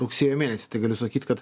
rugsėjo mėnesį tai galiu sakyt kad